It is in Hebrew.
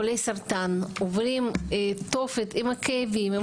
חולי סרטן עוברים תופת עם הכאבים,